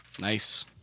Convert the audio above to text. Nice